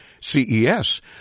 CES